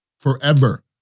Forever